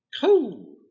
Cool